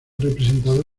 representado